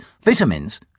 vitamins